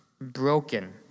broken